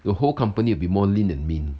the whole company will be more lean and mean